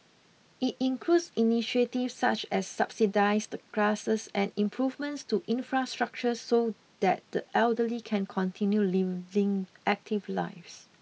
it includes initiatives such as subsidised classes and improvements to infrastructure so that the elderly can continue leading active lives